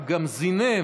הוא גם זינב.